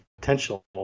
potential